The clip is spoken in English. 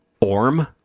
Orm